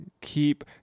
keep